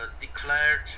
declared